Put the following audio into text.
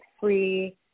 free